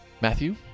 matthew